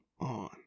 on